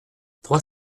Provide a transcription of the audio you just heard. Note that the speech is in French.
trois